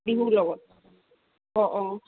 বিহুৰ লগত অঁ অঁ